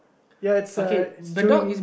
ya it's uh it's chewing